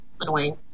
annoying